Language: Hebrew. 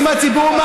הציבור.